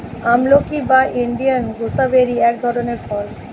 আমলকি বা Indian gooseberry এক ধরনের ফল